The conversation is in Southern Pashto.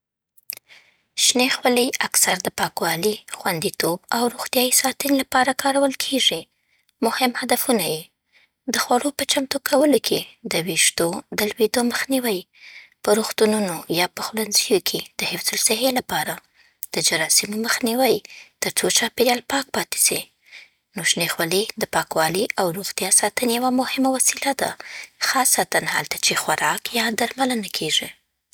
شنې خولې اکثر د پاکوالي، خوندیتوب او روغتیايي ساتنې لپاره کارول کېږي. مهم هدفونه‌یې: د خوړو په چمتو کولو کې د ویښتو د لوېدو مخنیوی. په روغتونونو یا پخلنځیو کې د حفظ الصحې لپاره د جراثیمو مخنیوی، ترڅو چاپېریال پاک پاتې سي. نو شنې خولې د پاکوالي او روغتیا ساتنې یوه مهمه وسیله ده، خاصتاً هلته چې خوراک یا درملنه کېږي.